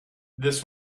this